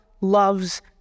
loves